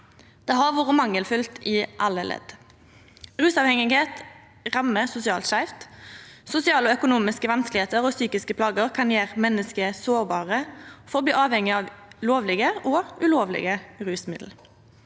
Det har vore mangelfullt i alle ledd. Rusavhengigheit rammar sosialt skeivt. Sosiale og økonomiske vanskar og psykiske plager kan gjera menneske sårbare for å bli avhengige av lovlege og ulovlege rusmiddel.